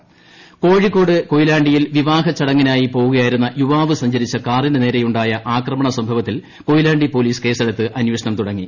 കോഴിക്കോട് ആക്രമണം കോഴിക്കോട് കൊയിലാണ്ടിയിൽ വിവാഹ ചടങ്ങിനായി പോകുകയായിരുന്ന യുവാവ് സഞ്ചരിച്ച കാറിന് നേരെയുണ്ടായ ആക്രമണസംഭവത്തിൽ കൊയിലാണ്ടി പൊലീസ് കേസെടുത്ത് അന്വേഷണം തുടങ്ങി